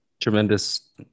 tremendous